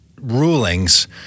rulings